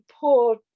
poor